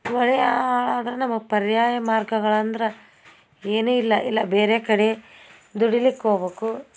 ಮಳೆ ಹಾಳಾದ್ರ್ ನಮಗೆ ಪರ್ಯಾಯ ಮಾರ್ಗಗಳಂದ್ರೆ ಏನೂ ಇಲ್ಲ ಎಲ್ಲ ಬೇರೆ ಕಡೆ ದುಡಿಲಿಕ್ಕೆ ಹೋಗ್ಬೇಕು